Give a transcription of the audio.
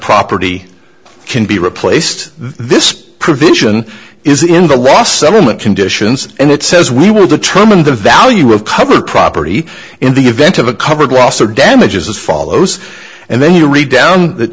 property can be replaced this provision is in the last summer mint conditions and it says we will determine the value of covered property in the event of a covered loss or damage is as follows and then you read down the